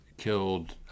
Killed